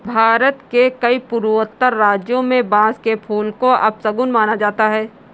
भारत के कई पूर्वोत्तर राज्यों में बांस के फूल को अपशगुन माना जाता है